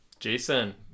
Jason